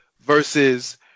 versus